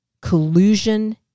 collusion